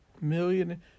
Million